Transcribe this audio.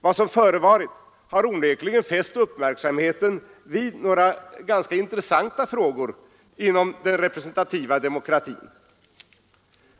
Vad som förevarit har onekligen fäst uppmärksamheten vid några ganska intressanta frågor inom den representativa demokratin.